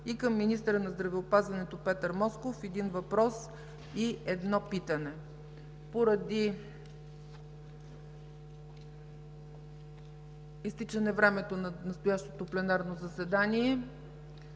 и към министъра на здравеопазването Петър Москов – един въпрос и едно питане. Поради изтичане времето на настоящото пленарно заседание,